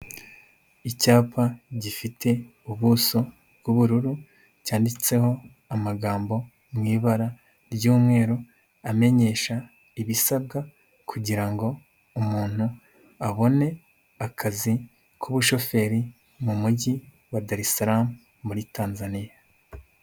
Icyapa gifite ubuso bw'ubururu cyanditseho amagambo mu ibara ry'umweru, amenyesha ibisabwa kugira ngo umuntu abone akazi k'ubushoferi, mu mujyi wa Darisaramu muri Tanzania.